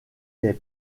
les